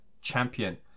champion